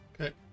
Okay